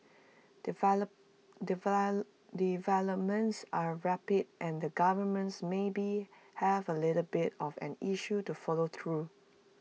develop developments are rapid and the governments maybe have A little bit of an issue to follow through